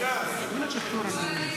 אתם יכולים ללכת.